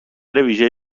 ویژه